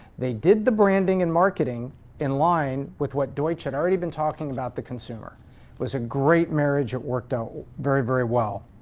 they did the branding and marketing in line with what deutsch had already been talking about the consumer. it was a great marriage that worked out very, very well.